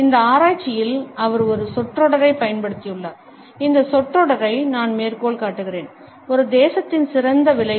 இந்த ஆராய்ச்சியில் அவர் ஒரு சொற்றொடரைப் பயன்படுத்தியுள்ளார் இந்த சொற்றொடரை நான் மேற்கோள் காட்டுகிறேன் ஒரு தேசத்தின் சிறந்த விளைவு